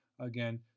again